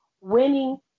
winning